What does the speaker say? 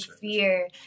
fear